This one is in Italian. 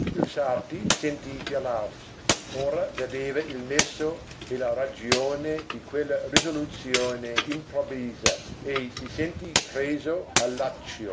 il sarti sentì gelarsi ora vedeva il nesso e la ragione di quella risoluzione improvvisa e si sentì preso al